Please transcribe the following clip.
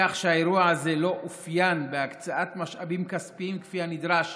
בכך שהאירוע הזה לא אופיין בהקצאת משאבים כספיים כפי הנדרש